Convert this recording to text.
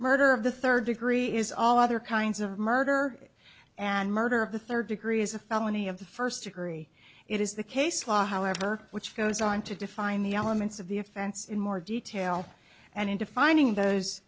murder of the third degree is all other kinds of murder and murder of the third degree is a felony of the first degree it is the case law however which goes on to define the elements of the offense in more detail and in defining those